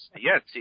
Yes